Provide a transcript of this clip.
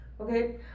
Okay